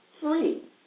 free